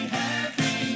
happy